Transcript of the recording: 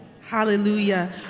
Hallelujah